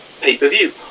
pay-per-view